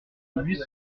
huit